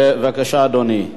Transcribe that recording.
בבקשה, אדוני,